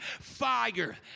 fire